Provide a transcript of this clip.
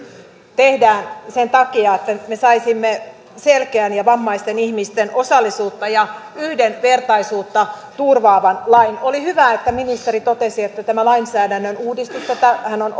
tehdään sen takia että me saisimme selkeän ja vammaisten ihmisten osallisuutta ja yhdenvertaisuutta turvaavan lain oli hyvä että ministeri totesi että tämä lainsäädännön uudistus tätähän on